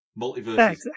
multiverse